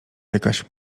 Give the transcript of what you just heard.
jakaś